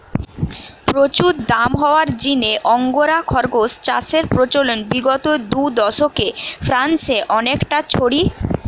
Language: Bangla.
প্রচুর দাম হওয়ার জিনে আঙ্গোরা খরগোস চাষের প্রচলন বিগত দুদশকে ফ্রান্সে অনেকটা ছড়ি যাইচে